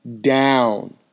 down